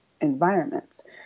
environments